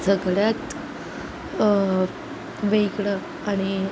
सगळ्यात वेगळं आणि